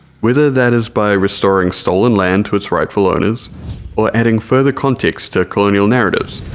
whether that is by restoring stolen land to its rightful owners or adding further context to colonial narratives,